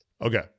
Okay